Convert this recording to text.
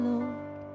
Lord